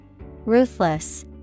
Ruthless